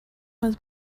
was